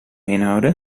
inhouden